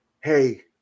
hey